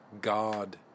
God